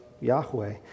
Yahweh